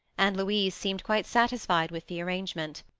and louise seemed quite satisfied with the arrangement.